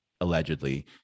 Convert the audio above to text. allegedly